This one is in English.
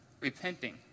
repenting